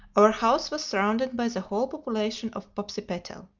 our house was surrounded by the whole population of popsipetel.